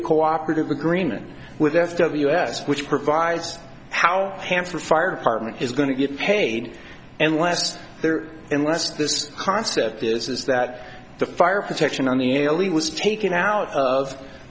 a cooperative agreement with s w s which provides how handsome fire department is going to get painted and last there unless this concept is that the fire protection on the elite was taken out of